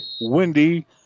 windy